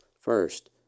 First